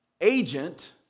agent